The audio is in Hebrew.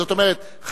זאת אומרת,